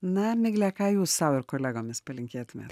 na migle ką jūs sau ir kolegomis palinkėtumėt